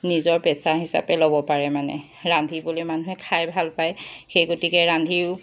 নিজৰ পেচা হিচাপে ল'ব পাৰে মানে ৰান্ধিবলৈ মানুহে খাই ভাল পায় সেই গতিকে ৰান্ধিও